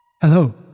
hello